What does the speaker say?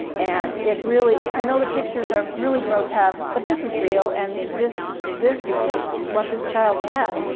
and it really i know the pictures are really grotesque, but this is real, and this this is what this child had.